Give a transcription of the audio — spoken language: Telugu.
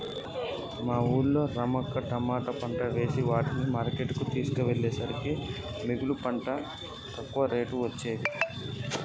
మా వూళ్ళో రమక్క తమాట పంట వేసే వాటిని మార్కెట్ కు తోల్కపోయేసరికే మిగుల పండి తక్కువ రేటొచ్చె